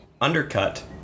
undercut